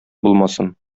булмасын